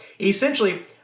Essentially